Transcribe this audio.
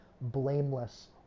blameless